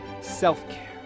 self-care